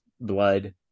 blood